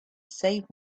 save